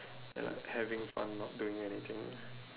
and having fun not doing anything